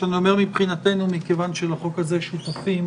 לחוק הזה שותפים